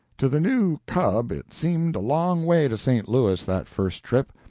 to the new cub it seemed a long way to st. louis that first trip,